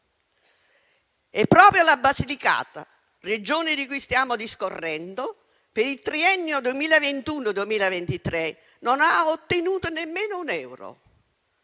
E proprio la Basilicata, Regione di cui stiamo discorrendo, per il triennio 2021-2023 non ha ottenuto nemmeno un euro,